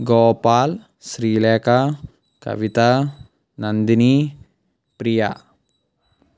Gopal Srilekha Kavitha Nandini Priya